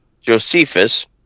Josephus